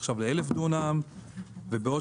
עכשיו ל-1,000 דונם של השום ובעוד